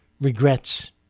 regrets